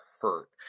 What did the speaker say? hurt